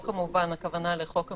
הכוונה כמובן לחוק המסגרת,